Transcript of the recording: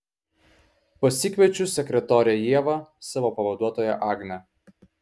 pasikviečiu sekretorę ievą savo pavaduotoją agnę